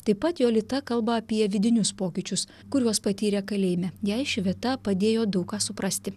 taip pat jolita kalba apie vidinius pokyčius kuriuos patyrė kalėjime jai ši vieta padėjo daug ką suprasti